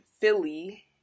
Philly